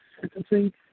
sentencing